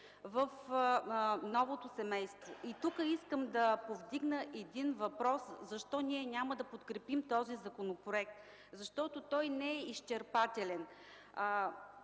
в новото семейство. Тук искам да повдигна един въпрос – защо ние няма да подкрепим този законопроект? Защото той не е изчерпателен.